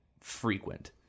frequent